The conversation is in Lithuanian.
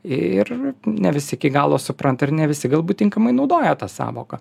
ir ne visi iki galo supranta ir ne visi galbūt tinkamai naudoja tą sąvoką